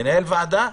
מנהל ועדה,